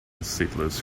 seedless